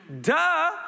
Duh